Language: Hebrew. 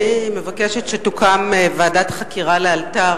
אני מבקשת שתוקם ועדת חקירה לאלתר,